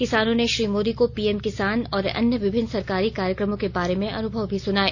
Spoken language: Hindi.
किसानों ने श्री मोदी को पीएम किसान और अन्य विभिन्न सरकारी कार्यक्रमों के बारे में अनुभव भी सुनाए